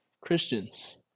Christians